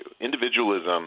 Individualism